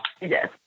yes